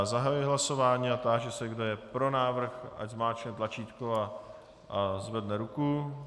Zahajuji hlasování a táži se, kdo je pro návrh, ať zmáčkne tlačítko a zvedne ruku.